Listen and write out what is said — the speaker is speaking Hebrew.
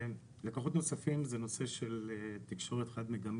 לקוחות נוספים זה הנושא של תקשורת חד ---,